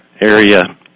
area